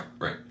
right